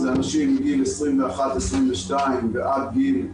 זה אנשים מגיל 22-21 ועד גיל 50-42,